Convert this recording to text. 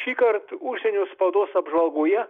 šįkart užsienio spaudos apžvalgoje